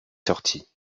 sorti